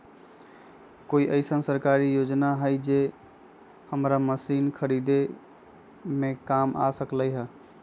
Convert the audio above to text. कोइ अईसन सरकारी योजना हई जे हमरा मशीन खरीदे में काम आ सकलक ह?